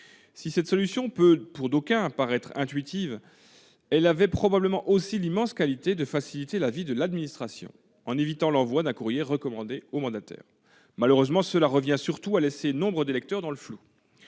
cette solution intuitive, elle avait probablement aussi l'immense qualité de faciliter la vie de l'administration en évitant l'envoi d'un courrier recommandé au mandataire. Malheureusement, cela revient surtout à laisser nombre d'électeurs dans le flou.